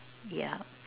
yeah